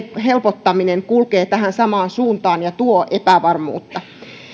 helpottaminen kulkee tähän samaan suuntaan ja tuo epävarmuutta